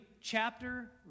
chapter